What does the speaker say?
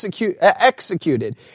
executed